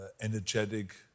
energetic